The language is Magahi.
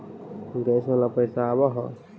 गैस वाला पैसा आव है?